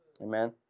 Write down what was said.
Amen